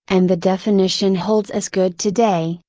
and the definition holds as good today,